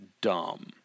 dumb